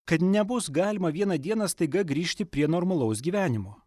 kad nebus galima vieną dieną staiga grįžti prie normalaus gyvenimo